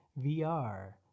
VR